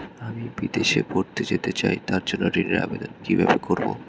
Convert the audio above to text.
আমি বিদেশে পড়তে যেতে চাই তার জন্য ঋণের আবেদন কিভাবে করব?